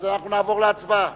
אנחנו נעבור להצבעה.